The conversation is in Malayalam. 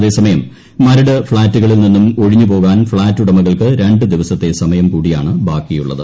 അതേസമയം മരട് ഫ്ളാറ്റുകളിൽ നിന്നും ഒഴിഞ്ഞു പോകാൻ ഫ്ളാറ്റുടമകൾക്ക് രണ്ട് ദിവസത്തെ സമയം കൂടിയാണ് ബാക്കിയുള്ളത്